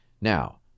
Now